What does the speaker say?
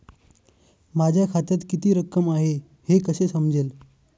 माझ्या खात्यात किती रक्कम आहे हे कसे समजेल?